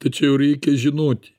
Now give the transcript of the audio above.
tačiau reikia žinoti